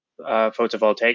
photovoltaic